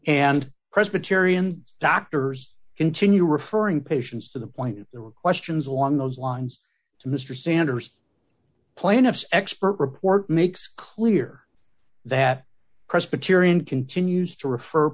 and presbyterian doctors continue referring patients to the point there were questions along those lines to mr sanders plaintiff expert report makes clear that presbyterian continues to refer